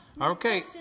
Okay